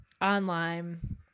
online